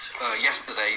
yesterday